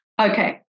okay